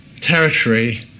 territory